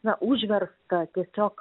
na užversta tiesiog